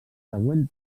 següent